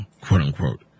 quote-unquote